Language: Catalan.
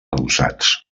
adossats